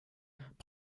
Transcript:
braucht